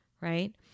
right